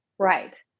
Right